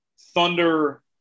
Thunder